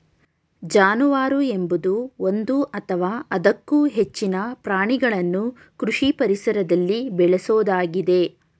ಜಾನುವಾರು ಎಂಬುದು ಒಂದು ಅಥವಾ ಅದಕ್ಕೂ ಹೆಚ್ಚಿನ ಪ್ರಾಣಿಗಳನ್ನು ಕೃಷಿ ಪರಿಸರದಲ್ಲಿ ಬೇಳೆಸೋದಾಗಿದೆ